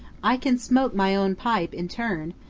i can smoke my own pipe in turn,